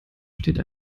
steht